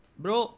bro